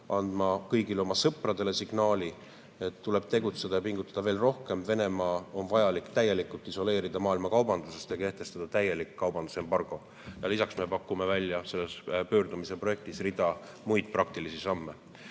andma kõigile oma sõpradele signaali, et tuleb tegutseda ja pingutada veel rohkem. Venemaa on vaja täielikult isoleerida maailma kaubandusest ja kehtestada talle täielik kaubandusembargo. Lisaks me pakume selle pöördumise projektis välja rea muid praktilisi samme.